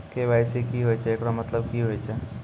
KYC की होय छै, एकरो मतलब की होय छै?